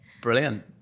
brilliant